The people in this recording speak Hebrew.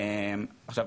עכשיו,